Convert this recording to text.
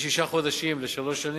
משישה חודשים לשלוש שנים,